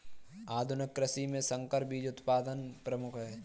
आधुनिक कृषि में संकर बीज उत्पादन प्रमुख है